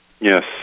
Yes